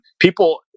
people